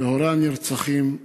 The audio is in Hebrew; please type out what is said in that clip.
להורי הנרצחים איל,